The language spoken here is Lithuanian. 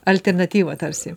alternatyvą tarsi